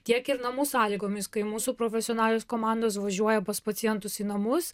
tiek ir namų sąlygomis kai mūsų profesionalios komandos važiuoja pas pacientus į namus